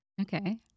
Okay